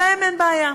להם אין בעיה.